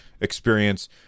experience